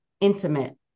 intimate